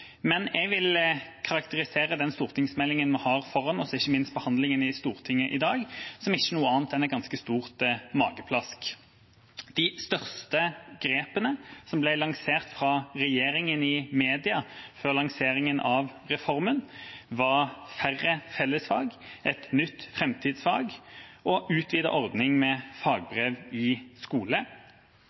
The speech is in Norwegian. Men jeg vil karakterisere den stortingsmeldinga vi har foran oss, og ikke minst behandlingen i Stortinget i dag, som ikke noe annet enn et ganske stort mageplask. De største grepene som ble lansert fra regjeringa i mediene før lanseringen av reformen, var færre fellesfag, et nytt framtidsfag og utvidet ordning med fagbrev i skole.